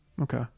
okay